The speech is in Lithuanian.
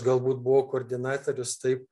galbūt buvau koordinatorius taip